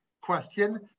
question